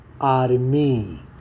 Army